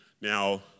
Now